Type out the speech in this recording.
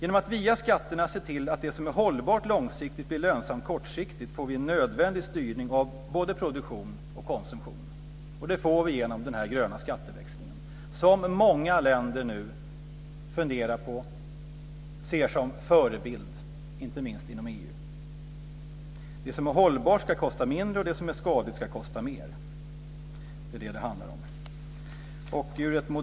Genom att via skatterna se till att det som är hållbart långsiktigt blir lönsamt kortsiktigt får vi en nödvändig styrning av både produktion och konsumtion. Det får vi genom den här gröna skatteväxlingen som många länder nu funderar på och ser som en förebild, inte minst inom EU. Det som är hållbart ska kosta mindre och det som är skadligt ska kosta mer. Det är vad det handlar om.